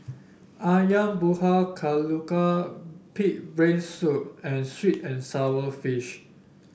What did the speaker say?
ayam Buah Keluak pig brain soup and sweet and sour fish